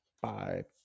five